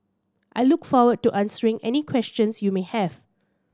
I look forward to answering any questions you may have